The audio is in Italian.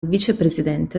vicepresidente